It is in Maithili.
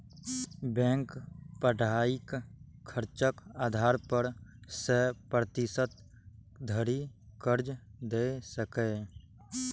बैंक पढ़ाइक खर्चक आधार पर सय प्रतिशत धरि कर्ज दए सकैए